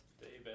David